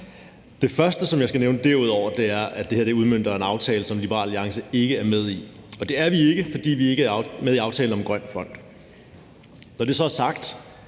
Det første, jeg skal nævne derudover, er, at det her udmønter en aftale, som Liberal Alliance ikke er med i. Det er vi ikke, fordi vi ikke er med i aftalen om »Grøn Fond«. Når det så er sagt,